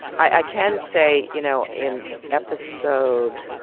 i can say, you know, in episode